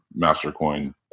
MasterCoin